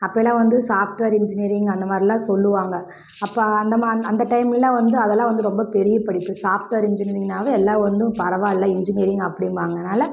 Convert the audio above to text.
அப்போயெல்லாம் வந்து software engineering அந்த மாதிரிலாம் சொல்லுவாங்க அப்போ அந்த ம அந்த டைம்லெலாம் வந்து அதெல்லாம் வந்து ரொம்ப பெரிய படிப்பு சாஃப்ட்வேர் இன்ஜினியரிங்னாலே எல்லாம் வந்து பரவாயில்ல இன்ஜினியரிங் அப்டின்பாங்கனாலே